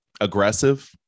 aggressive